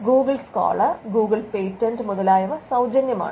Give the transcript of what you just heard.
Google scholar Google patent മുതലായവ സൌജന്യമാണ്